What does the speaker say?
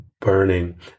burning